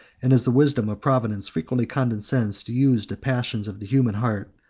and as the wisdom of providence frequently condescends to use the passions of the human heart,